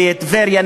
בטבריה,